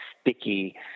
sticky